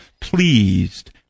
pleased